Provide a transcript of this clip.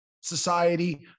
society